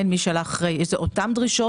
1953 ומי שעלה אחרי 1953. זה אותן דרישות.